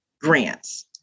grants